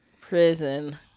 Prison